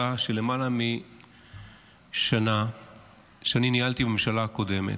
של למעלה משנה שאני ניהלתי בממשלה הקודמת,